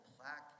plaque